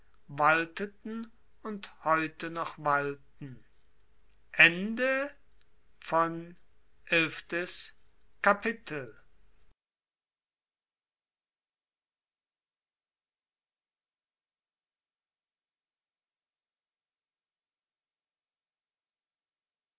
walteten und heute noch walten kapitel